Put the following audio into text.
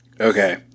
Okay